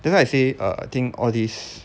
that's why I say err think all this